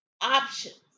options